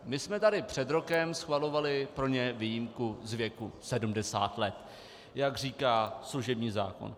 My jsme tady před rokem schvalovali pro ně výjimku z věku sedmdesáti let, jak říká služební zákon.